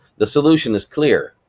the solution is clear,